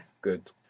Good